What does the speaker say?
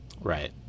Right